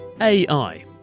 AI